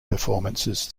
performances